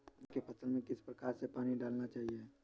धान की फसल में किस प्रकार से पानी डालना चाहिए?